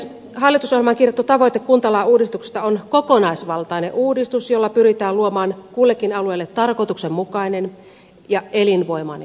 hallitusohjelmaan kirjattu tavoite kuntalain uudistuksesta on kokonaisvaltainen uudistus jolla pyritään luomaan kullekin alueelle tarkoituksenmukainen ja elinvoimainen kuntarakenne